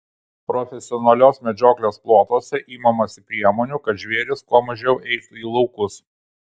profesionalios medžioklės plotuose imamasi priemonių kad žvėrys kuo mažiau eitų į laukus